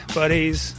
buddies